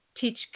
teach